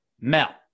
Mel